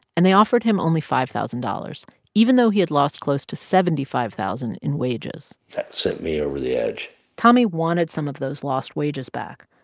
and they offered him only five thousand dollars even though he had lost close to seventy five thousand dollars in wages that sent me over the edge tommy wanted some of those lost wages back.